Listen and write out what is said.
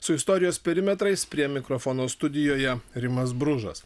su istorijos perimetrais prie mikrofono studijoje rimas bružas